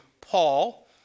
Paul